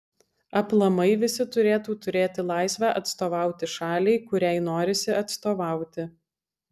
aplamai visi turėtų turėti laisvę atstovauti šaliai kuriai norisi atstovauti